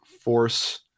force